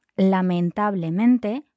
lamentablemente